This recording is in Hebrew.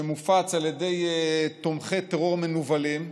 שמופץ על ידי תומכי טרור מנוולים.